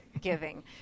giving